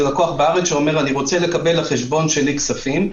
לקוח בארץ שאומר- אני רוצה לקבל לחשבון שלי כספים,